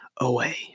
away